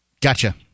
Gotcha